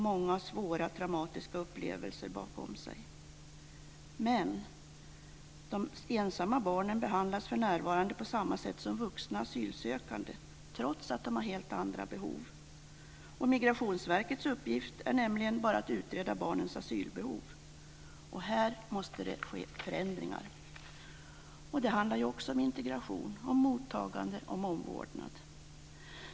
Många har svåra traumatiska upplevelser bakom sig. De ensamma barnen behandlas för närvarande på samma sätt som vuxna asylsökande, trots att de har helt andra behov. Migrationsverkets uppgift är nämligen bara att utreda barnens asylbehov. Här måste det ske förändringar. Det handlar ju också om integration - om mottagande och omvårdnad.